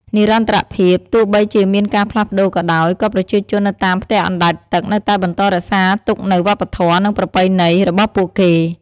និរន្តរភាព ទោះបីជាមានការផ្លាស់ប្តូរក៏ដោយ ក៏ប្រជាជននៅតាមផ្ទះអណ្ដែតទឹកនៅតែបន្តរក្សាទុកនូវ វប្បធម៌ និងប្រពៃណី របស់ពួកគេ។